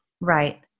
Right